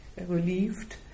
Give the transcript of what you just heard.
relieved